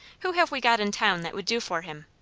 who have we got in town that would do for him?